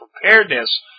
preparedness